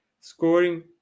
scoring